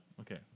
okay